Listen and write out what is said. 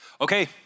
Okay